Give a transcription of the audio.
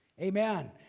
Amen